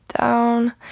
down